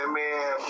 man